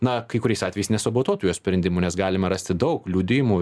na kai kuriais atvejais nesabotuotų jo sprendimų nes galima rasti daug liudijimų